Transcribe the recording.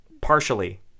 Partially